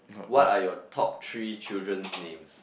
what are your top three children's names